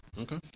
Okay